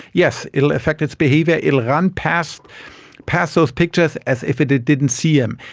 yes, it will affect its behaviour, it will run past past those pictures as if it it didn't see them.